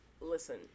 Listen